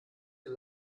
das